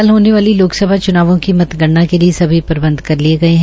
कल होने वाली लोकसभा च्नावों की मतगणना के लिये सभी प्रबंध कर लिये गये है